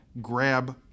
grab